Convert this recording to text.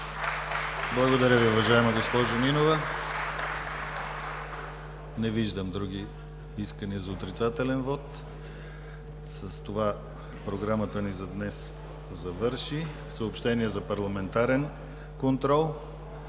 Благодаря Ви, уважаема госпожо Нинова. Не виждам други искания за отрицателен вот. С това програмата ни за днес завърши. Съобщения за парламентарен контрол